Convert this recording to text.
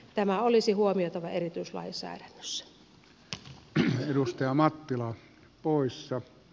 tämä olisi huomioitava erityislainsäädännössä